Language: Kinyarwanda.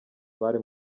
bari